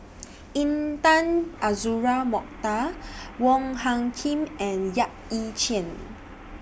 Intan Azura Mokhtar Wong Hung Khim and Yap Ee Chian